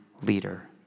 leader